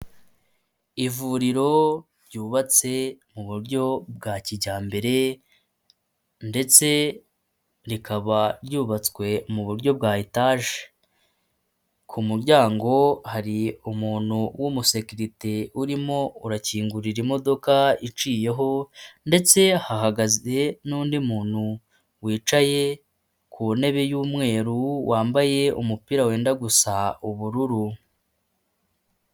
Ivuriro ryubatse mu buryo bwa kijyambere ndetse rikaba ryubatswe mu buryo bwa etaje, ku muryango hari umuntu w'umusekirite urimo urakingurira imodoka iciyeho ndetse hahagaze n'undi muntu wicaye ku ntebe y'umweru wambaye umupira wenda gusa ubururu.